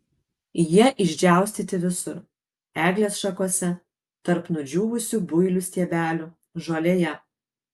jie išdžiaustyti visur eglės šakose tarp nudžiūvusių builių stiebelių žolėje